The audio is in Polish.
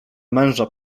męża